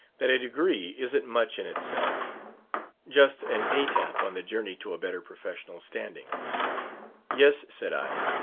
that a degree isn't much in itself just an etape on the journey to a better professional standing yes, said i,